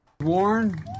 Warren